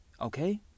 Okay